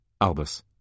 Albus